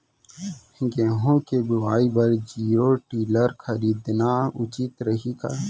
गेहूँ के बुवाई बर जीरो टिलर खरीदना उचित रही का?